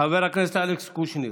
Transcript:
חבר הכנסת אלכס קושניר,